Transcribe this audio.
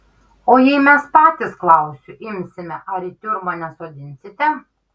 o jei mes patys klausiu imsime ar į tiurmą nesodinsite